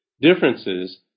differences